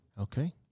okay